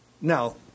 Now